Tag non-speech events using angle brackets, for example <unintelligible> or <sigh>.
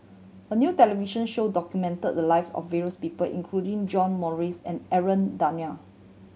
a new television show documented the lives of various people including John Morrice and Aaron <unintelligible>